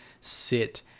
sit